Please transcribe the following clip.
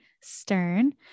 Stern